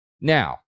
Now